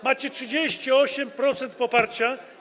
Macie 38% poparcia.